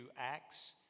Acts